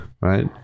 right